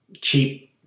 cheap